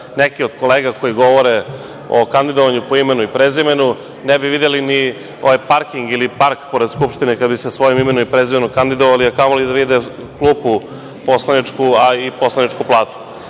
neke od kolega koje govore o kandidovanju po imenu i prezimenu ne bi videli ni ovaj parking ili park pored Skupštine kada bi se sa svojim imenom i prezimenom kandidovali, a kamoli da vide klupu poslaničku, a i po slaničku platu. Tako